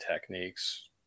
techniques